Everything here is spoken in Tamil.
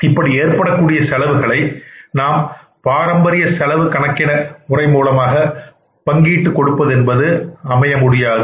இப்படி ஏற்படக்கூடிய செலவுகளை நாம் பாரம்பரிய செலவின கணக்கு முறை மூலமாக பங்கீட்டு கொடுப்பது என்பது முறையாக அமையாது